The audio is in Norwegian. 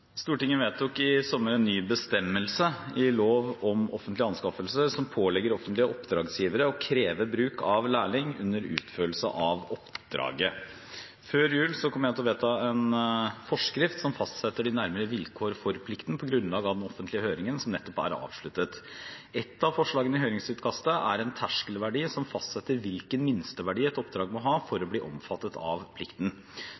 Stortinget vedtok i sommer en ny bestemmelse i lov om offentlige anskaffelser som pålegger offentlige oppdragsgivere å kreve bruk av lærling under utførelse av oppdraget. Jeg vil før jul vedta en forskrift som fastsetter de nærmere vilkår for plikten, på grunnlag av den offentlige høringen som nettopp er avsluttet. Et av forslagene i høringsutkastet er en terskelverdi som fastsetter hvilken minste verdi et oppdrag må ha for